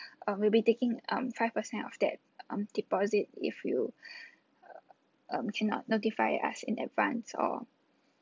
uh we'll be taking um five percent of that um deposit if you um cannot notify us in advance or